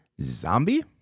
zombie